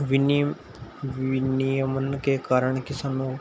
विन्नियमन के कारण किसानों